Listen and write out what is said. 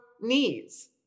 knees